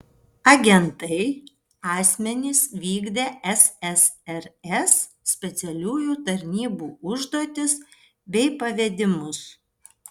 agentai asmenys vykdę ssrs specialiųjų tarnybų užduotis bei pavedimus